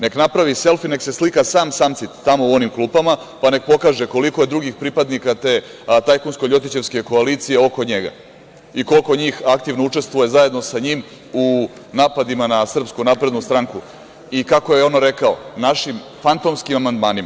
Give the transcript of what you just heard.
Nek napravi selfi, nek se slika sam samcit tamo u onim klupama, pa neka pokaže koliko je drugih pripadnika te tajkunsko-ljotićevske koalicije oko njega i koliko njih aktivno učestvuje, zajedno sa njim, u 6napadima na Srpsku naprednu stranku i kako je ono rekao – našim fantomskim amandmanima.